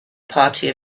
party